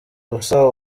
gusa